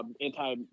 Anti